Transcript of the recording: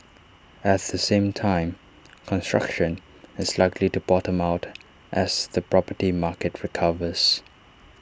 at the same time construction is likely to bottom out as the property market recovers